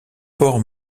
port